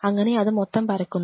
അങ്ങനെ അത് മൊത്തം പരക്കുന്നു